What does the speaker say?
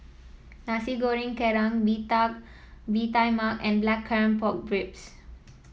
Nasi Goreng Kerang bee Bee Tai Mak and Blackcurrant Pork Ribs